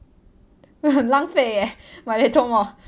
!wah! 很浪费 leh 买来做什么